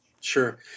Sure